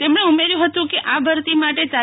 તેમણે ઉમેર્યું હતું કે આ ભરતી માટે તા